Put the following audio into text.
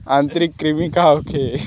आंतरिक कृमि का होखे?